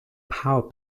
power